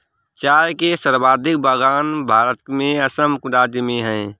चाय के सर्वाधिक बगान भारत में असम राज्य में है